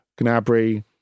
Gnabry